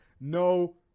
No